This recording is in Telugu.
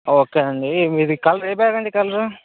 ఓకే అండీ మీది కలర్ ఏ బ్యాగ్ అండీ కలర్